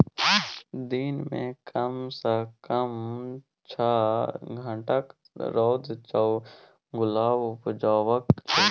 दिन मे कम सँ कम छअ घंटाक रौद चाही गुलाब उपजेबाक लेल